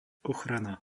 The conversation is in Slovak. ochrana